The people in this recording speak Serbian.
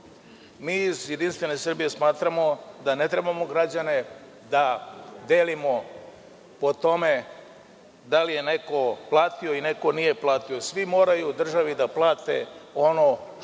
Mi iz JS smatramo da ne trebamo građane da delimo po tome da li je neko platio ili nije platio. Svi moraju državi da plate ono što